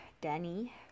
Danny